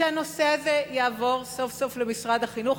שהנושא הזה יעבור סוף-סוף למשרד החינוך.